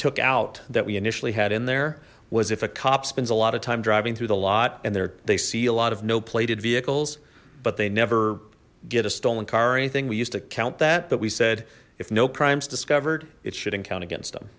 took out that we initially had in there was if a cop spends a lot of time driving through the lot and there they see a lot of no plated vehicles but they never get a stolen car or anything we used to count that but we said if no crimes discovered it shouldn't count against them